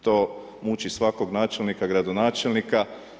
To muči svakog načelnika, gradonačelnika.